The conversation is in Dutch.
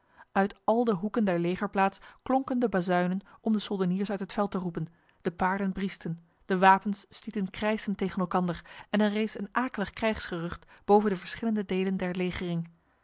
uit al de hoeken der legerplaats klonken de bazuinen om de soldeniers uit het veld te roepen de paarden briesten de wapens stieten krijsend tegen elkander en er rees een akelig krijgsgerucht boven de verschillende delen der legering